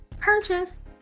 purchase